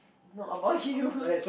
not about you